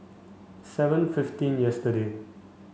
seven fifteen yesterday